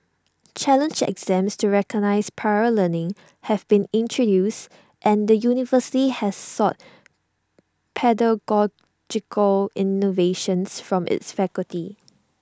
challenge exams to recognise prior learning have been introduced and the university has sought pedagogical innovations from its faculty